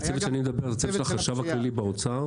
הצוות שאני מדבר עליו זה הצוות של החשב הכללי באוצר,